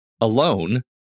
alone